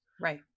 right